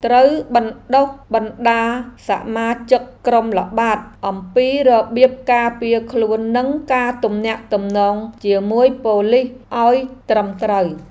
ត្រូវបណ្តុះបណ្តាលសមាជិកក្រុមល្បាតអំពីរបៀបការពារខ្លួននិងការទំនាក់ទំនងជាមួយប៉ូលីសឱ្យត្រឹមត្រូវ។